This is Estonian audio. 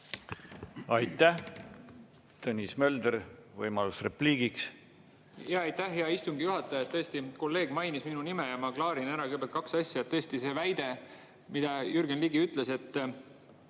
Aitäh! Tõnis Mölder, võimalus repliigiks.